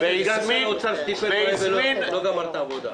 והיה סגן שר אוצר שטיפל בהם ולא גמר את העבודה.